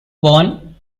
born